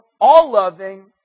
all-loving